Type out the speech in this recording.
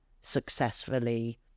successfully